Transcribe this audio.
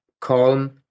calm